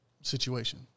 situation